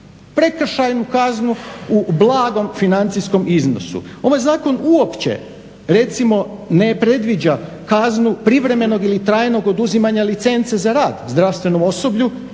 prekršajnu kaznu u blagom financijskom iznosu. Ovaj zakon uopće recimo ne predviđa kaznu privremenog ili trajnog oduzimanja licence za rad zdravstvenom osoblju